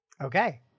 Okay